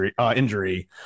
injury